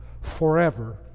forever